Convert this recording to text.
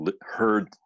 heard